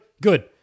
good